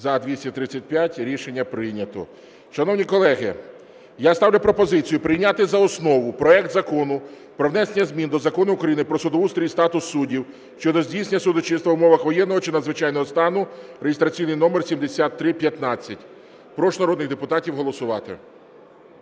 За-235 Рішення прийнято. Шановні колеги, я ставлю пропозицію прийняти за основу проект Закону про внесення змін до Закону України "Про судоустрій і статус суддів" щодо здійснення судочинства в умовах воєнного чи надзвичайного стану (реєстраційний номер 7315). Прошу народних депутатів голосувати.